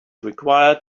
required